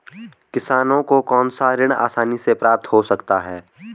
किसानों को कौनसा ऋण आसानी से प्राप्त हो सकता है?